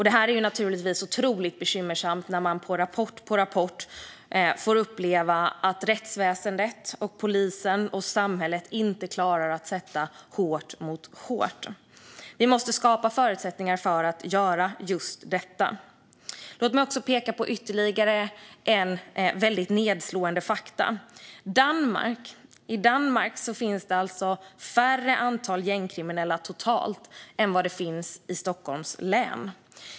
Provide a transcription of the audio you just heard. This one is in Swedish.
Det är naturligtvis otroligt bekymmersamt när man i rapport efter rapport får uppleva att rättsväsendet, polisen och samhället inte klarar att sätta hårt mot hårt. Vi måste skapa förutsättningar för att göra just detta. Låt mig peka på ytterligare ett nedslående faktum. I Danmark finns det färre gängkriminella totalt än det finns i Stockholms län.